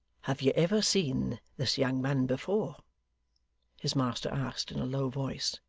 have you ever seen this young man before his master asked in a low voice.